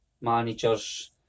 managers